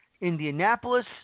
Indianapolis